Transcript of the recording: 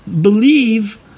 believe